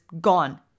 gone